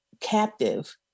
captive